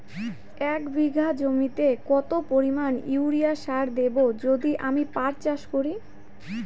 এক বিঘা জমিতে কত পরিমান ইউরিয়া সার দেব যদি আমি পাট চাষ করি?